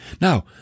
Now